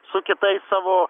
su kitais savo